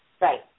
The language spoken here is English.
Right